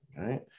right